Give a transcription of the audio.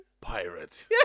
Pirate